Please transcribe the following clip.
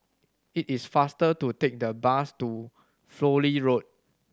it is faster to take the bus to Fowlie Road